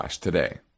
today